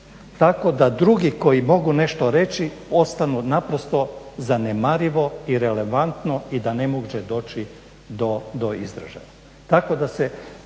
tako da drugi koji mogu nešto reći ostanu naprosto zanemarivo i relevantno i da ne može doći do izražaja.